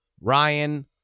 Ryan